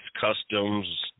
customs